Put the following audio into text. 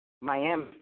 Miami